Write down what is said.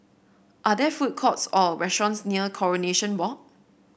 are there food courts or restaurants near Coronation Walk